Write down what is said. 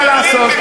מה לעשות,